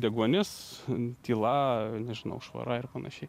deguonis tyla nežinau švara ir panašiai